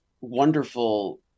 wonderful